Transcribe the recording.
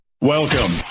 Welcome